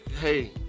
Hey